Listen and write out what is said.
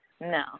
No